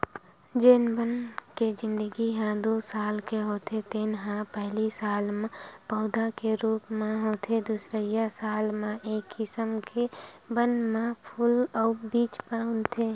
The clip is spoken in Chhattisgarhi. जेन बन के जिनगी ह दू साल के होथे तेन ह पहिली साल म पउधा के रूप म होथे दुसरइया साल म ए किसम के बन म फूल अउ बीज बनथे